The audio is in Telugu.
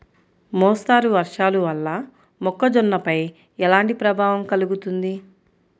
మోస్తరు వర్షాలు వల్ల మొక్కజొన్నపై ఎలాంటి ప్రభావం కలుగుతుంది?